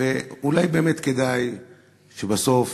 ואולי באמת כדאי שבסוף